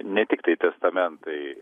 ne tiktai testamentai